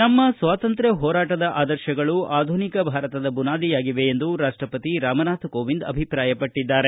ನಮ್ನ ಸ್ನಾತಂತ್ರ್ತ ಹೋರಾಟದಆದರ್ಶಗಳು ಆಧುನಿಕ ಭಾರತದ ಬುನಾದಿಯಾಗಿವೆ ಎಂದು ರಾಷ್ಷಪತಿ ರಾಮನಾಥ್ ಕೋವಿಂದ್ ಅಭಿಪ್ರಾಯಪಟ್ಟಿದ್ದಾರೆ